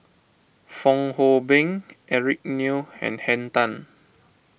Fong Hoe Beng Eric Neo and Henn Tan